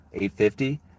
850